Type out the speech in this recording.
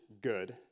good